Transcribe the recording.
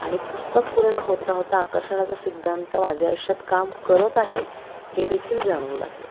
आणि पुस्तक पूर्ण होता होता आकर्षणाचा सिद्धांत माझ्या आयुष्यात काम करत आहे हे देखील जाणवू लागले